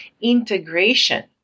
integration